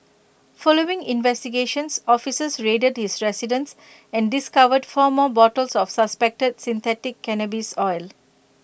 following investigations officers raided his residence and discovered four more bottles of suspected synthetic cannabis oil